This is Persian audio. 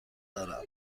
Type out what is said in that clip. دارم